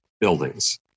buildings